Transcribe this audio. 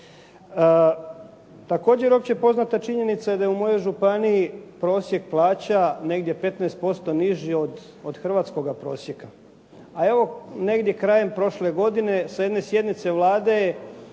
Također opće poznata činjenica je da u mojoj županiji prosjek plaća negdje 15% niži od hrvatskoga prosjeka. A evo negdje krajem prošle godine sa jedne sjednice Vlade